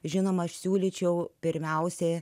žinoma aš siūlyčiau pirmiausiai